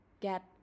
get